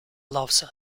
loves